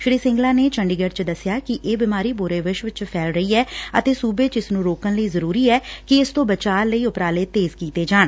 ਸ੍ਰੀ ਸਿੰਗਲਾ ਨੇ ਚੰਡੀਗੜ ਚ ਦਸਿਆ ਕਿ ਇਹ ਬਿਮਾਰੀ ਪੁਰੇ ਵਿਸ਼ਵ ਚ ਫੈਲ ਰਹੀ ਐ ਅਤੇ ਸੁਬੇ ਚ ਇਸ ਨੂੰ ਰੋਕਣ ਲਈ ਜ਼ਰੁਰੀ ਐ ਕਿ ਇਸ ਤੋਂ ਬਚਾਅ ਲਈ ਉਪਰਾਲੇ ਤੇਜ਼ ਕੀਤੇ ਜਾਣ